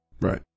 right